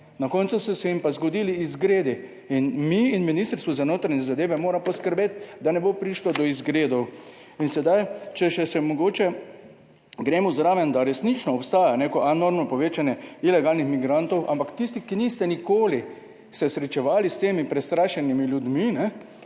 na koncu so se jim pa zgodili izgredi in mi in Ministrstvo za notranje zadeve mora poskrbeti, da ne bo prišlo do izgredov. In sedaj, če se mogoče gremo zraven, da resnično obstaja neko enormno povečanje ilegalnih migrantov, ampak tisti, ki niste nikoli se srečevali s temi prestrašenimi ljudmi,